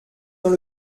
dans